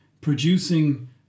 producing